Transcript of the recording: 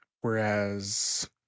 whereas